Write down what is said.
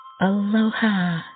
Aloha